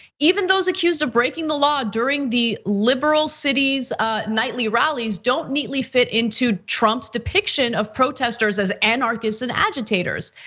even those accused of breaking the law during the liberal city's nightly rallies don't neatly fit into trump's depiction of protesters as anarchists and agitators.